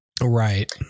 right